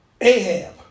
Ahab